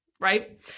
right